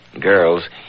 Girls